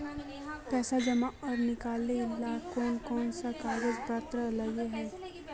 पैसा जमा आर निकाले ला कोन कोन सा कागज पत्र लगे है?